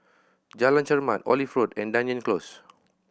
Jalan Chermat Olive Road and Dunearn Close